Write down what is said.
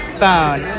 phone